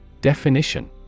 Definition